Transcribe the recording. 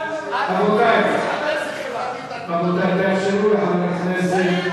רבותי, עפו אגבאריה.